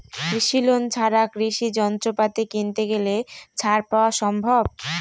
কৃষি লোন ছাড়া কৃষি যন্ত্রপাতি কিনতে গেলে ছাড় পাওয়া সম্ভব?